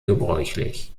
gebräuchlich